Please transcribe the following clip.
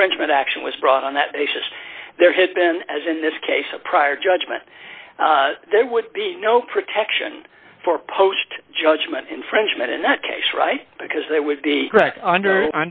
infringement action was brought on that basis there has been as in this case a prior judgment then would be no protection for post judgment infringement in that case right because they would be under under